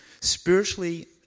Spiritually